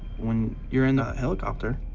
when you're in the helicopter,